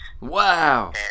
Wow